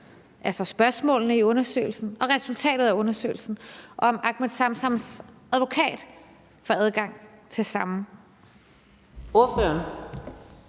altså spørgsmålene i undersøgelsen og resultatet af undersøgelsen, og om Ahmed Samsams advokat får adgang til det samme.